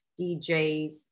DJs